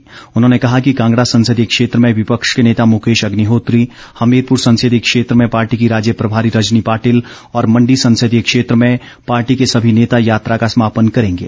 उर्न्होंने कहा कि कांगडा संसदीय क्षेत्र में विपक्ष के नेता मुकेश अग्निहोत्री हमीरपुर संसदीय क्षेत्र में पार्टी की राज्य प्रभारी रजनी पाटिल और मंडी संसदीय क्षेत्र में पार्टी के सभी नेता यात्रा का समापन करेंगे